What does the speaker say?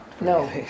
No